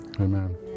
Amen